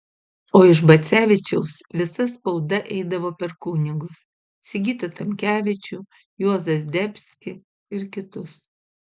o iš bacevičiaus visa spauda eidavo per kunigus sigitą tamkevičių juozą zdebskį ir kitus